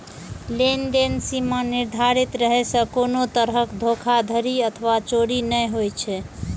लेनदेन सीमा निर्धारित रहै सं कोनो तरहक धोखाधड़ी अथवा चोरी नै होइ छै